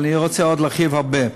אבל אני רוצה עוד להרחיב הרבה.